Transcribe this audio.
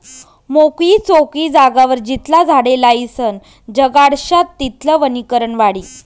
मोकयी चोकयी जागावर जितला झाडे लायीसन जगाडश्यात तितलं वनीकरण वाढी